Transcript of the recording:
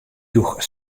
joech